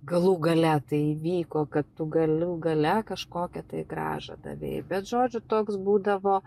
galų gale tai vyko kad tu galų gale kažkokią tai grąžą davei bet žodžiu toks būdavo